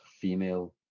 Female